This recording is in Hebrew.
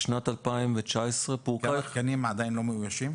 בשנת 2019 -- כמה תקנים לא מאוישים?